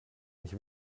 nicht